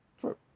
true